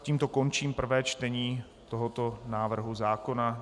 Tímto končím prvé čtení tohoto návrhu zákona.